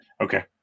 okay